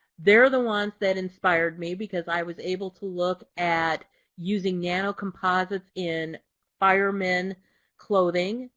they're the ones that inspired me, because i was able to look at using nanocomposites in firemen clothing.